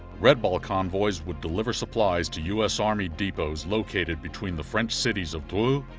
red ball convoys would deliver supplies to u s. army depots located between the french cities of dreux,